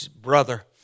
brother